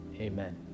amen